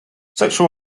sexual